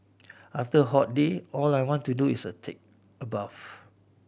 after a hot day all I want to do is a take a bath